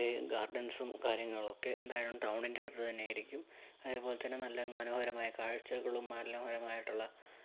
ഗാർഡൻസും കാര്യങ്ങളൊക്കെ എന്തായാലും ടൗണിൻ്റെ അടുത്ത് തന്നെ ആയിരിക്കും അതേപോലെതന്നെ നല്ല മനോഹരമായ കാഴ്ചകളും മനോഹരമായിട്ടുള്ള